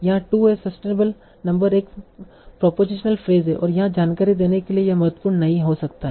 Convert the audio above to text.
यहाँ two a sustainable number एक propositional phrase है और यहां जानकारी देने के लिए यह बहुत महत्वपूर्ण नहीं हो सकता है